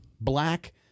black